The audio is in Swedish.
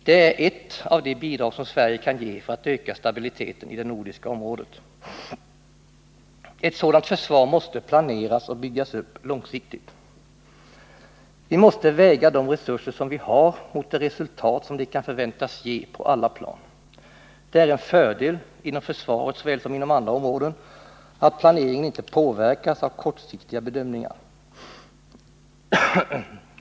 Det är ett av de bidrag som Sverige kan ge för att öka stabiliteten i det nordiska området. Ett sådant försvar måste planeras och byggas upp långsiktigt. Vi måste väga de resurser som vi har mot det resultat som dessa resurser kan förväntas ge på alla plan. Det är en fördel, såväl när det gäller försvaret som när det gäller andra områden, att planeringen inte påverkas av kortsiktiga bedömningar.